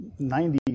90